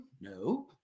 No